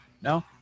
No